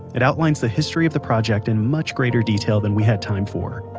it outlines the history of the project in much greater detail than we had time for.